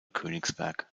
königsberg